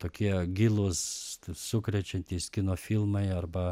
tokie gilūs sukrečiantys kino filmai arba